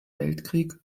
weltkrieg